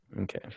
Okay